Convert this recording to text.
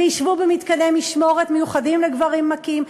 וישבו במתקני משמורת מיוחדים לגברים מכים?